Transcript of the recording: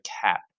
cap